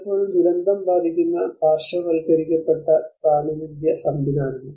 പലപ്പോഴും ദുരന്തം ബാധിക്കുന്ന പാർശ്വവൽക്കരിക്കപ്പെട്ട പ്രാതിനിധ്യ സംവിധാനങ്ങൾ